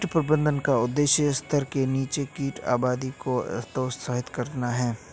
कीट प्रबंधन का उद्देश्य स्तर से नीचे कीट आबादी को हतोत्साहित करना है